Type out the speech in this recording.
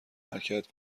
حرکت